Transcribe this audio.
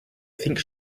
think